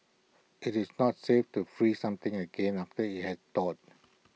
IT is not safe to freeze something again after IT has thawed